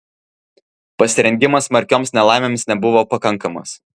pasirengimas smarkioms nelaimėms nebuvo pakankamas